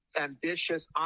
ambitious